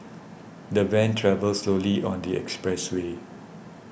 the van travelled slowly on the expressway